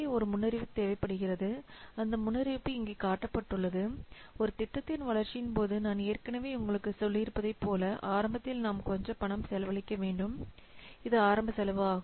ஒரு முன்னறிவிப்பு தேவைப்படுகிறது அந்த முன்னறிவிப்பு இங்கே காட்டப்பட்டுள்ளது ஒரு திட்டத்தின் வளர்ச்சியின் போது நான் ஏற்கனவே உங்களுக்குச் சொல்லியிருப்பதைப் போல ஆரம்பத்தில் நாம் கொஞ்சம் பணம் செலவழிக்க வேண்டும் இது ஆரம்ப செலவு ஆகும்